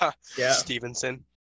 Stevenson